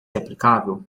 aplicável